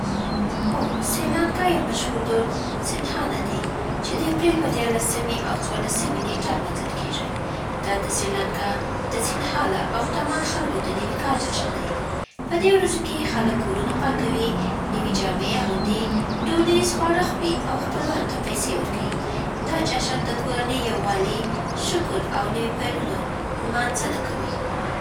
هو، سریلانکا یو مشهور دود سنهنه دی، چې د اپرېل په ديارلسمې او څوارلسمې نېټه لمانځل کېږي. دا د سریلانکا د سینهاله او تامل خلکو د نوي کال جشن دی. په دې ورځو کې خلک کورونه پاکوي، نوې جامې اغوندي، دودیز خواړه خوري، او خپلوانو ته پیسې ورکوي. دا جشن د کورنۍ یووالي، شکر او نوي پیلونو نمانځنه کوي.